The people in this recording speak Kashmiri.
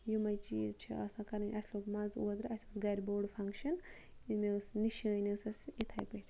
یِمے چیٖز چھِ آسان کَرٕنۍ اَسہِ لوٚگ مَزٕ اوترٕ اَسہِ اوس بوٚڈ فَنٛگشَن نِشٲنۍ ٲسۍ اَسہِ اِتھے پٲٹھۍ